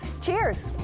Cheers